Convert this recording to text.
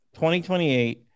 2028